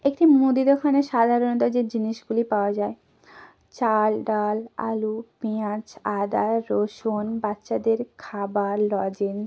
একটি মুদি দোকানে সাধারণত যে জিনিসগুলি পাওয়া যায় চাল ডাল আলু পিঁয়াজ আদা রসুন বাচ্চাদের খাবার লজেন্স